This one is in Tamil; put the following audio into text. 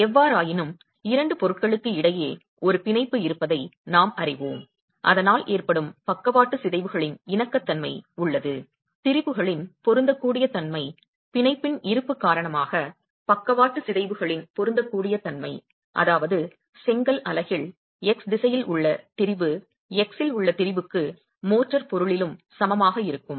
எவ்வாறாயினும் இரண்டு பொருட்களுக்கு இடையே ஒரு பிணைப்பு இருப்பதை நாம் அறிவோம் அதனால் ஏற்படும் பக்கவாட்டு சிதைவுகளின் இணக்கத்தன்மை உள்ளது திரிபுகளின் பொருந்தக்கூடிய தன்மை பிணைப்பின் இருப்பு காரணமாக பக்கவாட்டு சிதைவுகளின் பொருந்தக்கூடிய தன்மை அதாவது செங்கல் அலகில் x திசையில் உள்ள திரிபு x இல் உள்ள திரிபுக்கு மோர்டார் பொருளிலும் சமமாக இருக்கும்